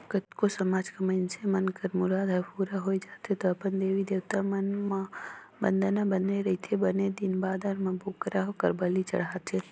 कतको समाज कर मइनसे मन कर मुराद हर पूरा होय जाथे त अपन देवी देवता मन म बदना बदे रहिथे बने दिन बादर म बोकरा कर बली चढ़ाथे